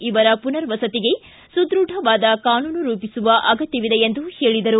ಇವರ ಪುನರ್ ವಸತಿಗೆ ಸುದೃಢವಾದ ಕಾನೂನು ರೂಪಿಸುವ ಅಗತ್ಟವಿದೆ ಎಂದು ಹೇಳಿದರು